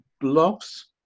blocks